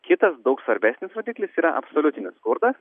kitas daug svarbesnis rodiklis yra absoliutinis skurdas